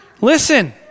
Listen